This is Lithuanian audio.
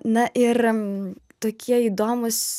na ir tokie įdomūs